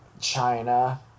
china